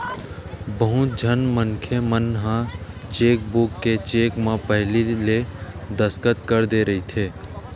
बहुत झन मनखे मन ह चेकबूक के चेक म पहिली ले दस्कत कर दे रहिथे